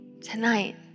tonight